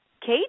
Kate